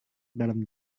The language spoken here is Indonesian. dalam